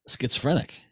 schizophrenic